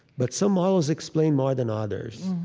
but some models explain more than others